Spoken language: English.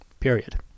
period